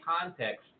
context